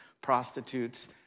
prostitutes